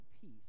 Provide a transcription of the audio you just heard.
peace